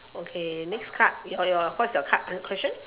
okay next card your your what's your card question